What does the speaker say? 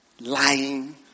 lying